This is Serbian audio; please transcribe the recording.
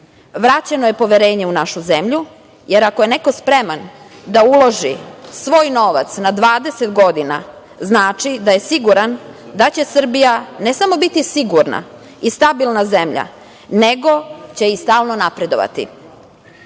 vraćeno je poverenje u našu zemlju, jer ako je neko spreman da uloži svoj novac na 20 godina, znači da je siguran da će Srbija ne samo biti sigurna i stabilna zemlja, nego će i stalno napredovati.